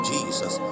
Jesus